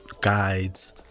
guides